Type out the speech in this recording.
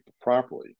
properly